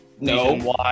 No